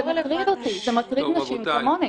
זה מטריד אותי, זה מטריד נשים כמוני.